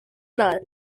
nut